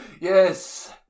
Yes